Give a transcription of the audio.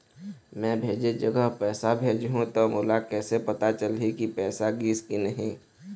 मैं भेजे जगह पैसा भेजहूं त मोला कैसे पता चलही की पैसा गिस कि नहीं?